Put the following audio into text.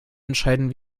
entscheiden